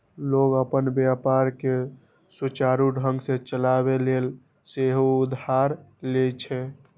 लोग अपन व्यापार कें सुचारू ढंग सं चलाबै लेल सेहो उधार लए छै